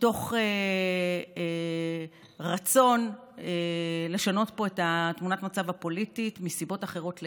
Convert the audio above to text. מתוך רצון לשנות פה את תמונת המצב הפוליטית מסיבות אחרות לגמרי,